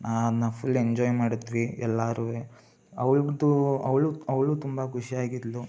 ನಾನು full enjoy ಮಾಡಿದ್ವಿ ಎಲ್ಲಾರು ಅವ್ಳದ್ದು ಅವಳು ಅವಳೂ ತುಂಬ ಖುಷಿಯಾಗಿದ್ಲು